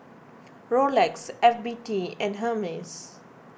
Rolex F B T and Hermes